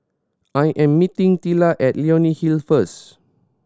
I am meeting Tilla at Leonie Hill first